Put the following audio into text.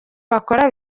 bakora